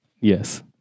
Yes